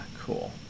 cool